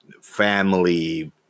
family